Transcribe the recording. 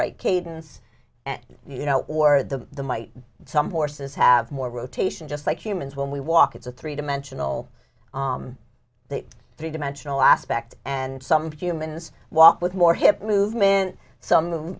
right cadence and you know or the the might some horses have more rotation just like humans when we walk it's a three dimensional three dimensional aspect and some humans walk with more hip movement some